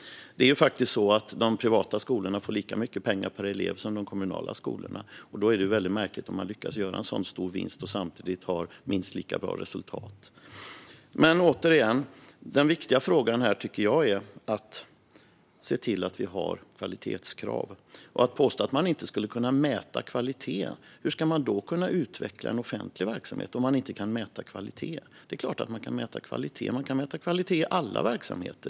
Det är ju faktiskt så att de privata skolorna får lika mycket pengar per elev som de kommunala skolorna. Då är det väldigt märkligt om de lyckas göra en så stor vinst och samtidigt har minst lika bra resultat. Men återigen: Den viktiga frågan här tycker jag är att se till att vi har kvalitetskrav. Ida Gabrielsson påstår att man inte skulle kunna mäta kvalitet. Men hur skulle man då kunna utveckla en offentlig verksamhet? Det är klart att man kan mäta kvalitet. Det kan man göra i alla verksamheter.